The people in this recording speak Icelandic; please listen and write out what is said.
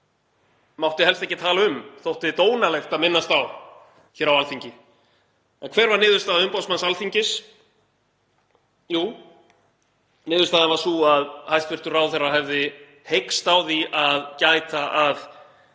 mátti helst ekki tala um, þótti dónalegt að minnast á hér á Alþingi. Hver var niðurstaða umboðsmanns Alþingis? Jú, niðurstaðan var sú að hæstv. ráðherra hefði heykst á því að gæta að